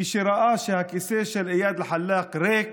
וכשראה שהכיסא של איאד אלחלאק ריק,